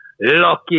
Lucky